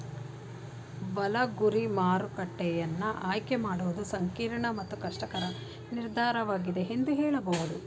ಬಲ ಗುರಿ ಮಾರುಕಟ್ಟೆಯನ್ನ ಆಯ್ಕೆ ಮಾಡುವುದು ಸಂಕೀರ್ಣ ಮತ್ತು ಕಷ್ಟಕರ ನಿರ್ಧಾರವಾಗಿದೆ ಎಂದು ಹೇಳಬಹುದು